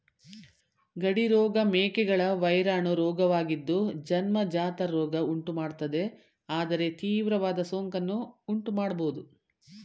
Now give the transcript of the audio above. ಗಡಿ ರೋಗ ಮೇಕೆಗಳ ವೈರಾಣು ರೋಗವಾಗಿದ್ದು ಜನ್ಮಜಾತ ರೋಗ ಉಂಟುಮಾಡ್ತದೆ ಆದರೆ ತೀವ್ರವಾದ ಸೋಂಕನ್ನು ಉಂಟುಮಾಡ್ಬೋದು